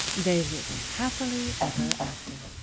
they lived happily ever after.